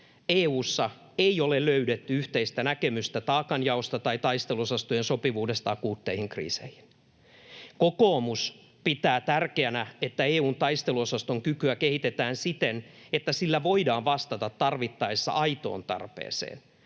EU:ssa ei ole löydetty yhteistä näkemystä taakanjaosta tai taisteluosastojen sopivuudesta akuutteihin kriiseihin. Kokoomus pitää tärkeänä, että EU:n taisteluosaston kykyä kehitetään siten, että sillä voidaan vastata tarvittaessa aitoon tarpeeseen.